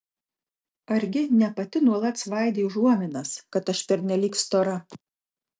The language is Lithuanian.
argi ne pati nuolat svaidei užuominas kad aš pernelyg stora